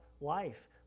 life